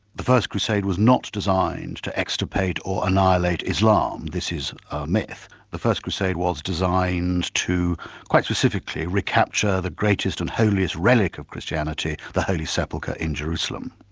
the first crusade was not designed to extirpate or annihilate islam, this is a myth the first crusade was designed to quite specifically, recapture the greatest and holiest relic of christianity, the holy sepulchre in jerusalem.